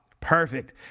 perfect